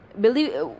believe